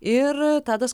ir tadas